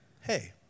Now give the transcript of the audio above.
hey